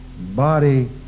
body